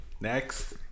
Next